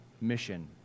mission